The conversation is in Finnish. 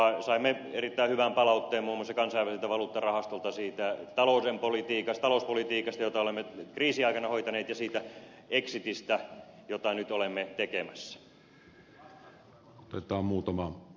saimme erittäin hyvän palautteen muun muassa kansainväliseltä valuuttarahastolta siitä talouspolitiikasta jota olemme kriisiaikana hoitaneet ja siitä exitistä jota nyt olemme tekemässä